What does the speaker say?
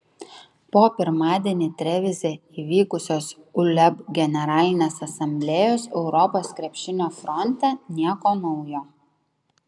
po pirmadienį trevize įvykusios uleb generalinės asamblėjos europos krepšinio fronte nieko naujo